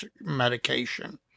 medication